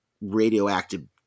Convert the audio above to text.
radioactive